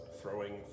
throwing